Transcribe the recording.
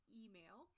email